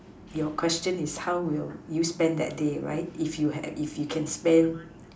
your question is how will you spend that day right if you had if you can spend